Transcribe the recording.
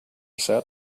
said